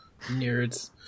nerds